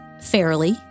fairly